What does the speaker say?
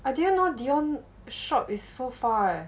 I didn't know dion shop is so far eh